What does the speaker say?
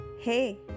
Hey